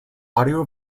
audio